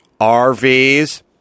RVs